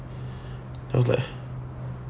I was like